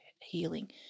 healing